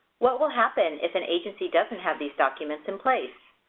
what will happen if an agency doesn't have these documents in place?